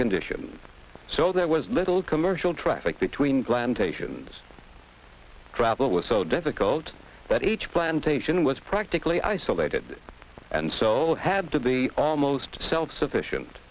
condition so there was little commercial traffic between plantations gravel it was so difficult that each plantation was practically isolated and so had to be almost self sufficient